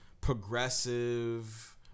progressive